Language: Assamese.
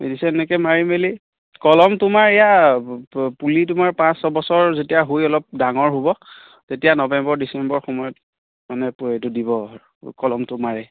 মেডিচিন এনেকৈ মাৰি মেলি কলম তোমাৰ এয়া পুলি তোমাৰ পাঁচ ছবছৰ যেতিয়া হৈ অলপ ডাঙৰ হ'ব তেতিয়া নৱেম্বৰ ডিচেম্বৰ সময়ত মানে প এইটো দিব আৰু কলমটো মাৰে